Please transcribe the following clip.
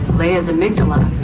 leah's amygdala,